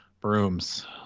Brooms